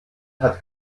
hat